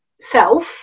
self